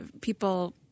people